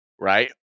right